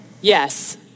Yes